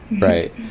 Right